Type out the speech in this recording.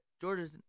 Jordan